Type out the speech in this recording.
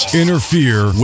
interfere